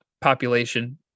population